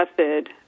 method